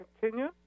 continue